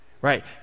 right